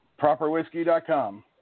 Properwhiskey.com